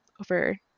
over